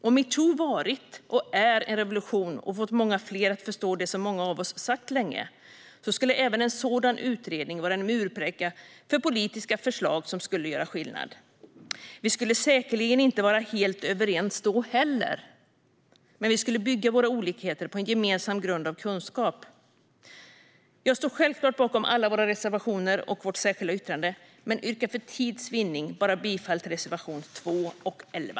Om metoo varit och är en revolution och har fått många fler att förstå det som många av oss sagt länge skulle en sådan utredning även vara en murbräcka för politiska förslag som skulle göra skillnad. Vi skulle säkerligen inte vara helt överens då heller, men vi skulle bygga våra olikheter på en gemensam grund av kunskap. Jag står självklart bakom alla våra reservationer och vårt särskilda yttrande men yrkar för tids vinnande bifall bara till reservationerna 2 och 11.